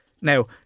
Now